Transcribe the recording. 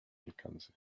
alcance